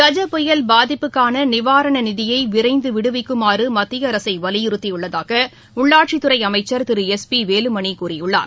கஜ புயல் பாதிப்புக்கான நிவாரண நிதியை விரைந்து விடுவிக்குமாறு மத்திய அரசை வலியுறுத்தியுள்ளதாக உள்ளாட்சித் துறை அமைச்சர் திரு எஸ் பி வேலுமணி கூறியுள்ளார்